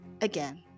again